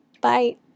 Bye